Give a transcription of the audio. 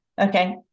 okay